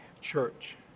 church